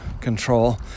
control